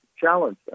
challenge